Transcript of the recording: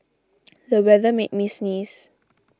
the weather made me sneeze